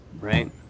right